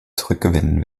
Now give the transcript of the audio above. zurückgewinnen